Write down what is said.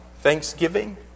thanksgiving